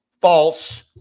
False